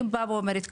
אני באה ואומרת,